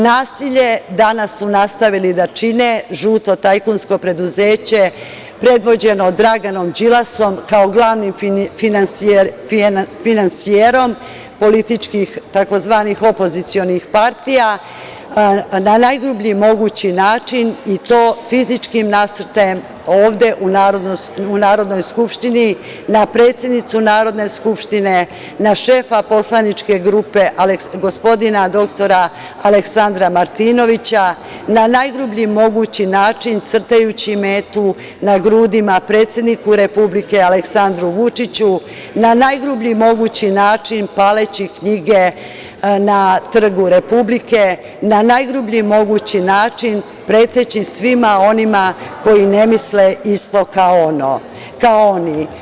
Nasilje danas su nastavili da čune žuto tajkunsko preduzeće, predvođeno Draganom Đilasom kao glavni finansijerom političkih tzv. opozicionih partija, na najgrublji mogući način i to fizičkim nasrtajem ovde u Narodnoj skupštini, na predsednicu Narodne skupštine, na šefa poslaničke grupe gospodina dr Aleksandra Martinovića, na najgrublji mogući način crtajući metu na grudima predsedniku Republike Aleksandru Vučiću, na najgrublji mogući način paleći knjige na Trgu Republike, na najgrublji mogući način preteći svima onima koji ne misle isto kao oni.